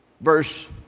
Verse